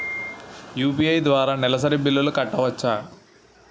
UPI ద్వారా నెలసరి బిల్లులు కట్టవచ్చా?